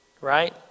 right